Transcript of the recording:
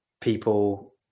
people